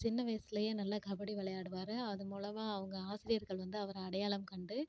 சின்ன வயசுலயே நல்லா கபடி விளயாடுவாரு அது மூலமா அவங்க ஆசிரியர்கள் வந்து அவரை அடையாளம் கண்டு